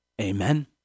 Amen